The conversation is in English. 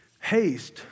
Haste